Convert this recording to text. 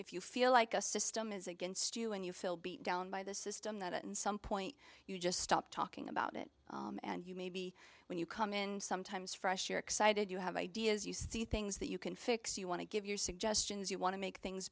if you feel like a system is against you and you feel beat down by the system that in some point you just stop talking about it and you maybe when you come in sometimes fresh you're excited you have ideas you see things that you can fix you want to give your suggestions you want to make things